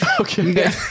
Okay